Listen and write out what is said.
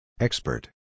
Expert